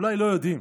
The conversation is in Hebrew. ואולי לא יודעים,